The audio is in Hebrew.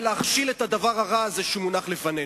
להכשיל את הדבר הרע הזה שמונח לפנינו.